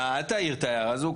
אתה, אל תעיר את ההערה הזאת.